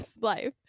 life